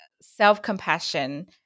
self-compassion